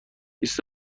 بیست